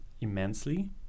immensely